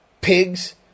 pigs